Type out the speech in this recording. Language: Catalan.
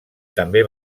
també